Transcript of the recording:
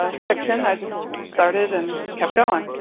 ah fiction. i just started and kept going.